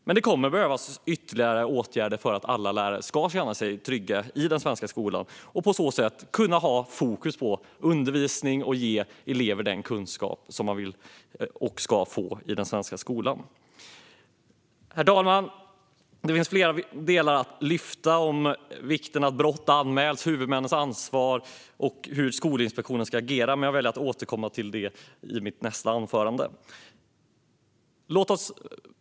Det kommer dock att behöva vidtas ytterligare åtgärder för att alla lärare ska känna sig trygga i den svenska skolan och kunna ha fokus på undervisningen och att ge eleverna den kunskap som de ska få i den svenska skolan. Herr talman! Det finns mer att lyfta upp om vikten av att brott anmäls, huvudmännens ansvar och hur Skolinspektionen ska agera, men jag återkommer till det i mitt nästa anförande.